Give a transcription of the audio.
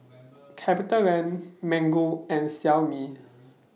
CapitaLand Mango and Xiaomi